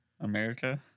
america